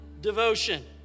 devotion